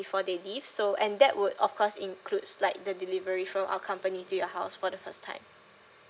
before they leave so and that would of course includes like the delivery from our company to your house for the first time